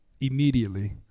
Immediately